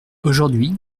aujourd’hui